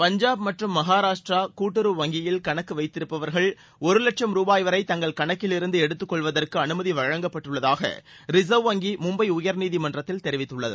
பஞ்சாப் மற்றும் மகாராஷ்டிரா கூட்டுறவு வங்கியில் கணக்கு வைத்திருப்பவர்கள் ஒரு வட்சும் ரூபாய் வரை தங்கள் கணக்கிலிருந்து எடுத்துக் கொள்வதற்கு அனுமதி வழங்கப்பட்டுள்ளதாக ரிசர்வ் வங்கி மும்பை உயர்நீதிமன்றத்தில் தெரிவித்துள்ளது